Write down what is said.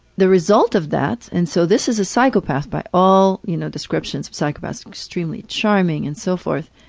the result of that and so this is a psychopath by all you know descriptions of psychopaths extremely charming, and so forth.